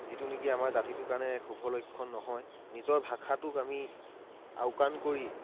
যিটো নেকি আমাৰ জাতিটোৰ কাৰণে শুভ লক্ষণ নহয় নিজৰ ভাষাটোক আমি আওকাণ কৰি